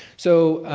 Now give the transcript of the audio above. so,